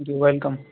جی welcome